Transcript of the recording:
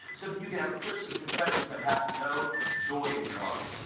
so that you can have a courtesy confession, but have no joy in your life.